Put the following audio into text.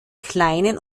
kleinen